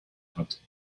hat